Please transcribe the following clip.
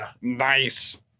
Nice